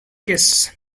case